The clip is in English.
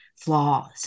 flaws